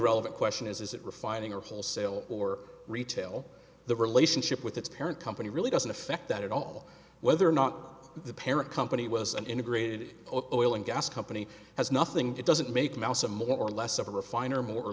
relevant question is is it refining or wholesale or retail the relationship with its parent company really doesn't affect that at all whether or not the parent company was an integrated oil and gas company has nothing it doesn't make mousa more or less of a refinery more or